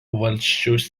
valsčiaus